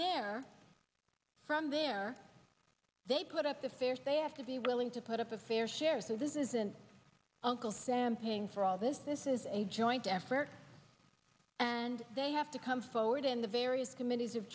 there from there they put up the fares they have to be willing to put up a fair share so this isn't uncle sam paying for all this this is a joint effort and they have to come forward in the various committees